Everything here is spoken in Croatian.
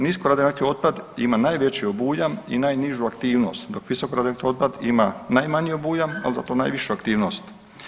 Nisko radioaktivni otpad ima najveći obujam i najnižu aktivnost, dok visokoradioaktivni otpad ima najmanji obujam, ali zato najvišu aktivnost.